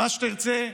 מה שתרצה,